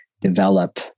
develop